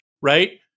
right